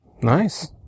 nice